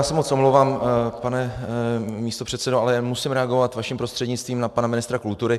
Já se moc omlouvám, pane místopředsedo, ale musím reagovat vaším prostřednictvím na pana ministra kultury.